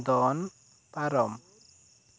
ᱫᱚᱱ ᱯᱟᱨᱚᱢ